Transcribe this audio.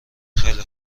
خیلی